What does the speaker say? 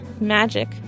magic